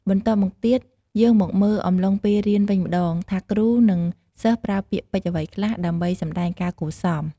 បន្ទាប់មកទៀត យើងមកមើលអំឡុងពេលរៀនវិញម្ដង ថាគ្រូ និងសិស្សប្រើពាក្យពេចន៍អ្វីខ្លះ ដើម្បីសម្ដែងការគួរសម។